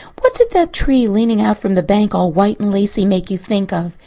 what did that tree, leaning out from the bank, all white and lacy, make you think of?